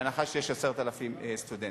בהנחה שיש 10,000 סטודנטים.